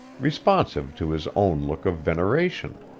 responsive to his own look of veneration.